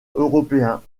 européens